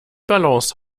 balance